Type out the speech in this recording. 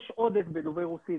יש עודף בדוברי רוסית